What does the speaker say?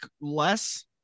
less